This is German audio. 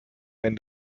wenn